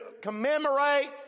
commemorate